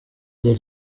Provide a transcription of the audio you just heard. gihe